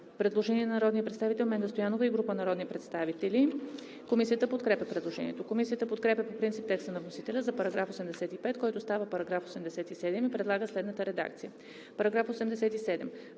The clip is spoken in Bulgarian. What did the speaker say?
Предложение на народния представител Менда Стоянова и група народни представители. Комисията подкрепя предложението. Комисията подкрепя по принцип текста на вносителя за § 85, който става § 87 и предлага следната редакция: „§ 87.